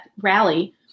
rally